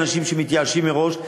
האנשים שמתייאשים מראש,